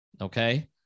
okay